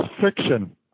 fiction